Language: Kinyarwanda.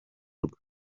rwe